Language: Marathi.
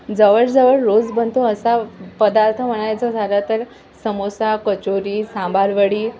जवळजवळ रोज बनतो असा पदार्थ म्हणायचा झाला तर समोसा कचोरी सांबारवडी